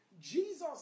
Jesus